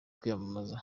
kwiyamamaza